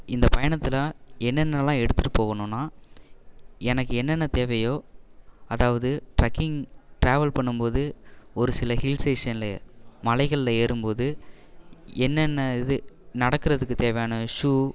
இந்த பயணத்தில் என்னென்னலாம் எடுத்துட்டு போகணுன்னா எனக்கு என்னென்ன தேவையோ அதாவது ட்ரக்கிங் ட்ராவல் பண்ணும்போது ஒரு சில ஹில் ஸ்டேஷனில் மலைகளில் ஏறும்போது என்னென்ன இது நடக்கிறதுக்கு தேவையான ஷூ